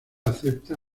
acepta